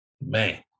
man